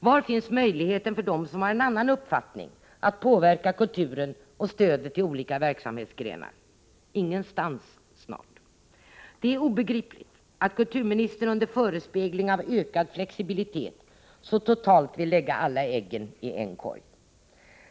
Var finns möjligheten för dem som har en annan uppfattning att påverka kulturen och stödet till olika verksamhetsgrenar? Ingenstans snart. Det är obegripligt att kulturministern under förespegling av ökad flexibilitet så totalt vill lägga alla äggen i en korg.